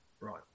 Right